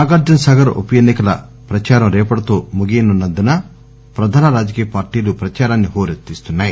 నాగార్ఘనసాగర్ ఉప ఎన్నికల ప్రచారం రేపటితో ముగియనున్నందున ప్రధాన రాజకీయ పార్టీలు ప్రచారాన్ని హోరెత్తిస్తున్నాయి